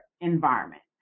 environment